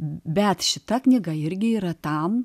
bet šita knyga irgi yra tam